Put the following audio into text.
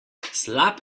slab